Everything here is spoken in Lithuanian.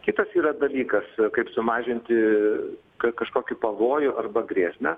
kitas yra dalykas kaip sumažinti ka kažkokį pavojų arba grėsmę